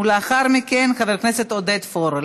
ולאחר מכן, חבר הכנסת עודד פורר.